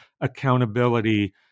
accountability